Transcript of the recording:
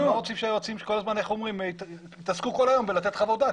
שהיועצים המשפטיים יתעסקו כל היום בלתת חוות דעת,